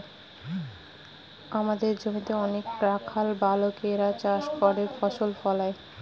আমাদের জমিতে অনেক রাখাল বালকেরা চাষ করে ফসল ফলায়